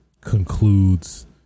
concludes